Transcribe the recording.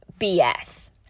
BS